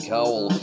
Cowl